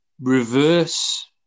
reverse